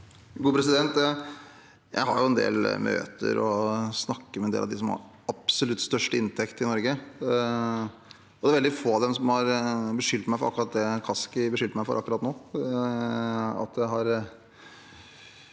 Jeg har en del møter og snakker med en del av dem som har absolutt størst inntekt i Norge. Det er veldig få av dem som har beskyldt meg for akkurat det Kaski beskyldte meg for nå – at jeg bare